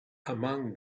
among